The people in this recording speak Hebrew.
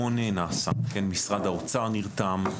נעשה הרבה מאוד: משרד האוצר נרתם,